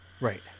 Right